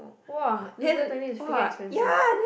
!wah! is freaking expensive